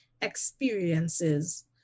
experiences